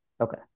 Okay